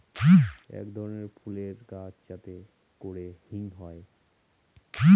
এক ধরনের ফুলের গাছ যাতে করে হিং হয়